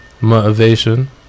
motivation